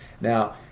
Now